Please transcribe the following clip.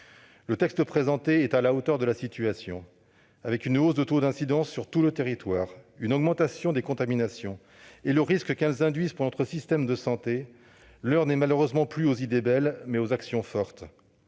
Le texte présenté est à la hauteur de la situation. Avec une hausse du taux d'incidence sur tout le territoire, une augmentation des contaminations et le risque qu'elles induisent pour notre système de santé, l'heure n'est malheureusement plus aux belles idées mais aux actions fortes.